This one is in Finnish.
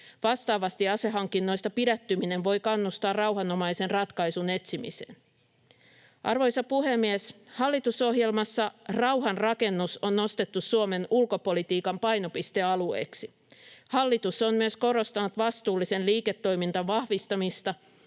Vastaavasti asehankinnoista pidättyminen voi kannustaa rauhanomaisen ratkaisun etsimiseen. Arvoisa puhemies! Hallitusohjelmassa rauhanrakennus on nostettu Suomen ulkopolitiikan painopistealueeksi. Hallitus on myös korostanut vastuullisen liiketoiminnan vahvistamista